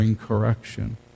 correction